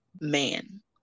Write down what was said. man